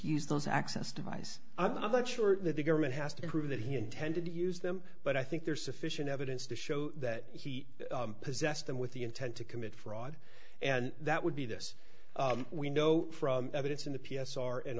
use those access devise i'm not sure that the government has to prove that he intended to use them but i think there's sufficient evidence to show that he possessed them with the intent to commit fraud and that would be this we know from evidence in the p s r and